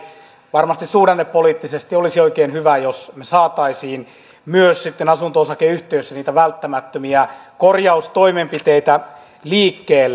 varmasti suhdannepoliittisesti olisi oikein hyvä jos me saisimme myös sitten asunto osakeyhtiöissä niitä välttämättömiä korjaustoimenpiteitä liikkeelle